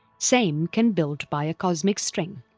same can built by a cosmic string,